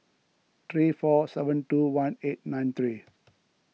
three four seven two one eight nine three